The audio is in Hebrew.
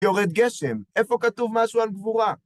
יורד גשם? איפה כתוב משהו על גבורה?